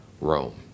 Rome